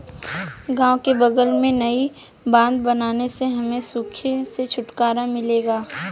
गांव के बगल में नई बांध बनने से हमें सूखे से छुटकारा मिलेगा